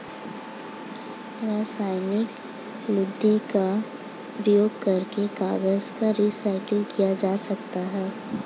रासायनिक लुगदी का प्रयोग करके कागज को रीसाइकल किया जा सकता है